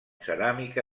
ceràmica